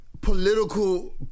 Political